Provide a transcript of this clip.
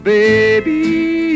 baby